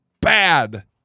bad